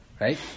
right